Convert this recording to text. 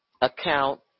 account